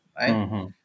right